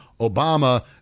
Obama